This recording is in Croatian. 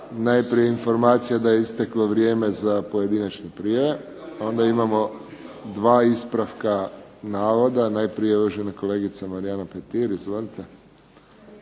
Najprije informacija da je isteklo vrijeme za pojedinačne prijave. Onda imamo 2 ispravka navoda. Najprije uvažena kolegica Marijana Petir, izvolite.